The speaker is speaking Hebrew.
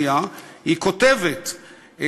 היא כותבת,